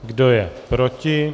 Kdo je proti?